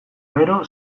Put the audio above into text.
gero